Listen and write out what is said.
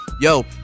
Yo